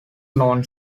known